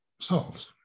solves